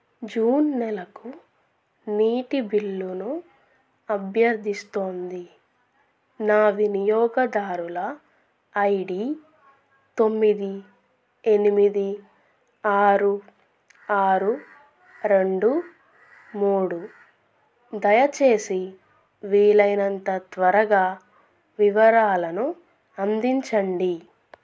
June నెలకు నీటి బిల్లును అభ్యర్థిస్తోంది నా వినియోగదారుల ఐ డీ తొమ్మిది ఎనిమిది ఆరు ఆరు రెండు మూడు దయచేసి వీలైనంత త్వరగా వివరాలను అందించండి